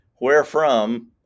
wherefrom